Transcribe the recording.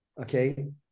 Okay